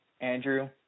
Andrew